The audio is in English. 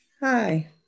Hi